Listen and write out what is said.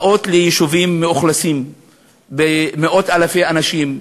באות ליישובים מאוכלסים במאות-אלפי אנשים,